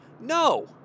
No